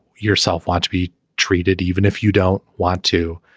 yourself want to be treated even if you don't want to